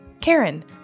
Karen